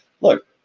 look